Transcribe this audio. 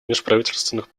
межправительственных